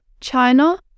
China